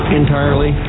entirely